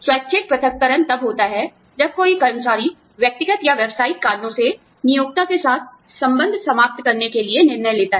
स्वैच्छिक पृथक्करण तब होता है जब कोई कर्मचारी व्यक्तिगत या व्यावसायिक कारणों से नियोक्ता के साथ संबंध समाप्त करने के लिए निर्णय लेता है